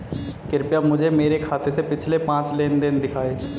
कृपया मुझे मेरे खाते से पिछले पांच लेनदेन दिखाएं